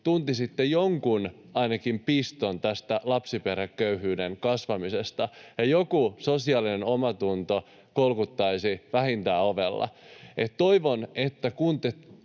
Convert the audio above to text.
tuntisitte ainakin jonkun piston tästä lapsiperheköyhyyden kasvamisesta ja joku sosiaalinen omatunto kolkuttaisi vähintään ovella. Toivon, että kun te